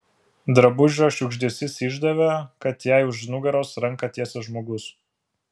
drabužio šiugždesys išdavė kad jai už nugaros ranką tiesia žmogus